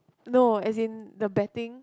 no as in the betting